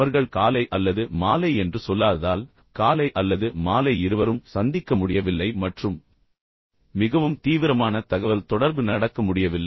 அவர்கள் காலை அல்லது மாலை என்று சொல்லாததால் காலை அல்லது மாலை இருவரும் சந்திக்க முடியவில்லை மற்றும் மிகவும் தீவிரமான தகவல் தொடர்பு நடக்க முடியவில்லை